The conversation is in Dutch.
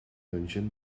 lunchen